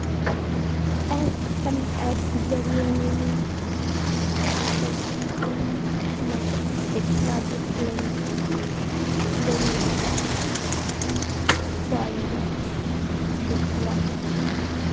SMS जरिए mini स्टेटमेंटत पिछला दस लेन देनेर ब्यौरा दखवा सखछी